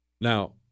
Now